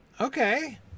Okay